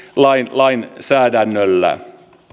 lainsäädännöllä